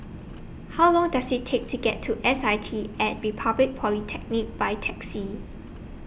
How Long Does IT Take to get to S I T At Republic Polytechnic By Taxi